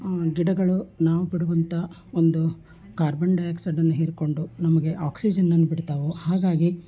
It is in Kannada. ಗಿಡಗಳು ನಾವು ಬಿಡುವಂಥ ಒಂದು ಕಾರ್ಬನ್ ಡೈಆಕ್ಸೈಡನ್ನು ಹೀರಿಕೊಂಡು ನಮಗೆ ಆಕ್ಸಿಜನನ್ನು ಬಿಡ್ತವೆ ಹಾಗಾಗಿ